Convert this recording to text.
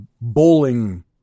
bowling